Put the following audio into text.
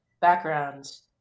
backgrounds